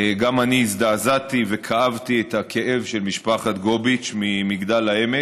גם אני הזדעזעתי וכאבתי את הכאב של משפחת גוביץ' ממגדל העמק,